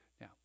Now